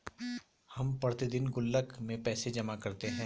हम प्रतिदिन गुल्लक में पैसे जमा करते है